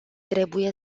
trebuie